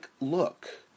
look